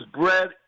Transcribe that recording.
bread